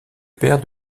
père